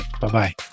Bye-bye